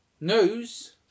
News